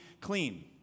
clean